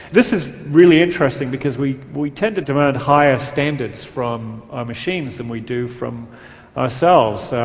this is really interesting because we we tend to demand higher standards from ah machines than we do from ourselves. so